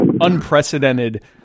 unprecedented